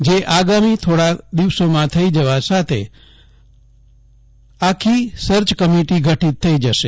જે આગામી થોડા દિવસોમાં થઇ જવા સાથે આખીય સર્ચ કમીટી ગઠીત થઇ જશે